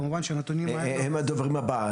כמובן שהנתונים האלה --- הם הדוברים הבאים.